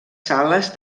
sales